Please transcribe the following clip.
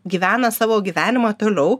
gyvena savo gyvenimą toliau